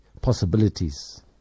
possibilities